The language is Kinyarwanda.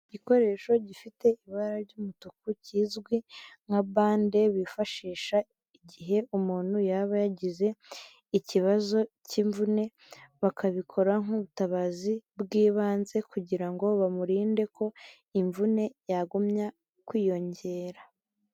Igikoresho gifite ibara ry'umutuku kizwi nka bande bifashisha igihe umuntu yaba yagize ikibazo cy'imvune bakabikora nk'ubutabazi bw'ibanze kugira bamurinde ko imvune yagumya kwiyongera.